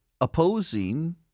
opposing